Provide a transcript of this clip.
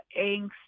angst